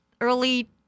early